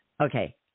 Okay